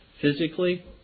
physically